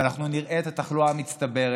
ואנחנו נראה את התחלואה מצטברת,